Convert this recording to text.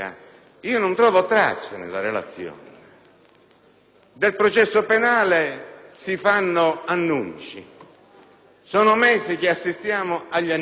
Del processo penale si fanno annunci; sono mesi che assistiamo agli annunci: «faremo, provvederemo».